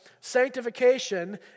sanctification